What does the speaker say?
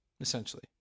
Essentially